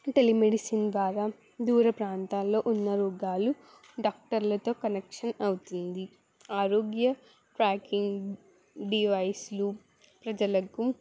telemedicine ద్వారా దూర ప్రాంతాల్లో ఉన్న రోగాలు డాక్టర్లతో కనెక్షన్ అవుతుంది ఆరోగ్య ట్రాకింగ్ డివైస్లు ప్రజలకు